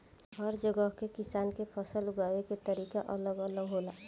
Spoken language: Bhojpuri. हर जगह के किसान के फसल उगावे के तरीका अलग अलग होला